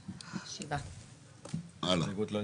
7 נמנעים, 0 הלאה.